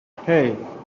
hey